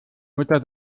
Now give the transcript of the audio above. mutter